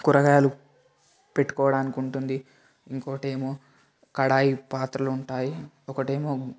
కూరగాయలు పెట్టుకోడానికుంటుంది ఇంకోకటి ఏమో కడాయి పాత్రలుంటాయి ఒకటి ఏమో